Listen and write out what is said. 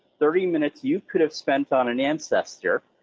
thirty minutes you could have spent on an ancestor,